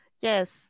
Yes